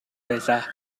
байлаа